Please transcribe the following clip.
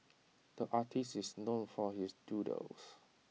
the artist is known for his doodles